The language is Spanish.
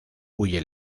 huye